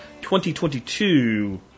2022